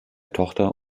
tochter